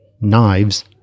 knives